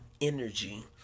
energy